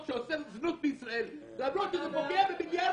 שאוסר זנות בישראל למרות שזה פוגע במיליון